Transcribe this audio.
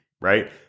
right